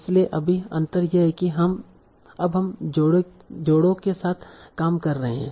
इसलिए अभी अंतर यह है कि अब हम जोड़े के साथ काम कर रहे हैं